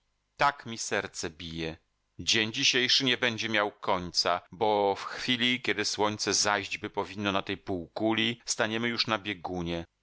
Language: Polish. tak mi serce bije dzień dzisiejszy nie będzie miał końca bo w chwili kiedy słońce zajśćby powinno na tej półkuli staniemy już na biegunie